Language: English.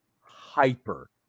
hyper